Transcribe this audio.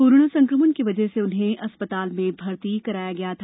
corona संक्रमण की वजह से उन्हें अस्पताल में भर्ती किया गया था